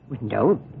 No